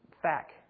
Fact